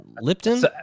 Lipton